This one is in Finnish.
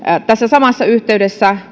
tässä samassa yhteydessä